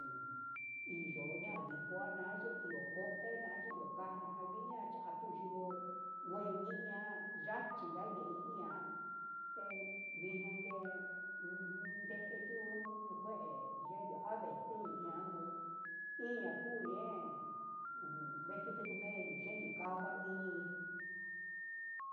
Inyunua ndijuana hi chenio kue nai chinuu kaña vixña ka'a atu yunguu ngueni iha yachia ngueni iha té vixna nguen, enduu yeyun nuu kue xhinuu avetuni ian nguu iaña kuu yen ujun veji nukumendio vndio kadio iñi.